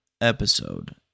episode